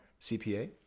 CPA